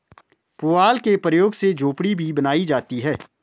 पुआल के प्रयोग से झोपड़ी भी बनाई जाती है